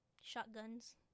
Shotguns